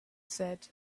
said